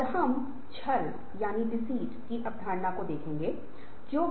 और हम परिवर्तन प्रबंधन क्या है